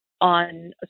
on